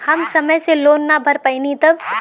हम समय से लोन ना भर पईनी तब?